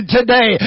Today